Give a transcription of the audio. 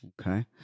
okay